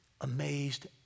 amazed